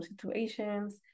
situations